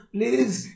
Please